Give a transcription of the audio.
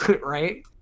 right